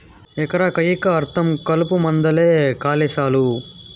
ఎకరా కయ్యికా అర్థం కలుపుమందేలే కాలి సాలు